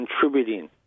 contributing